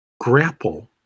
grapple